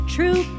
True